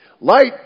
Light